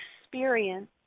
experience